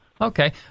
Okay